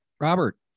Robert